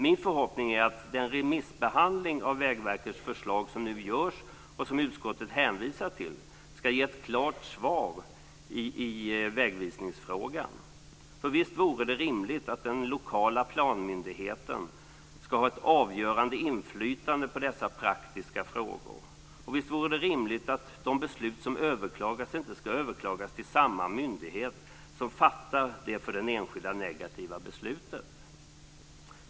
Min förhoppning är att den remissbehandling av Vägverkets förslag som nu görs och som utskottet hänvisar till ska ge ett klart svar i vägvisningsfrågan. Visst vore det rimligt att den lokala planmyndigheten ska ha ett avgörande inflytande på dessa praktiska frågor, och visst vore det rimligt att de beslut som överklagas inte ska överklagas till samma myndighet som fattat det för den enskilde negativa beslutet.